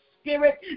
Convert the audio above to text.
spirit